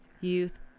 youth